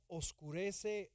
oscurece